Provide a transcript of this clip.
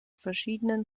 verschiedenen